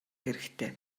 хэрэгтэй